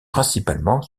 principalement